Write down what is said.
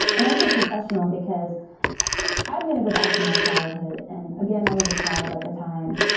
and i say professional because i'm going to go back to my childhood and again, i was a child at the time,